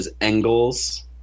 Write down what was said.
angles